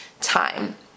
time